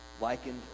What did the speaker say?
likened